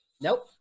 Nope